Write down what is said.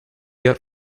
get